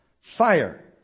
fire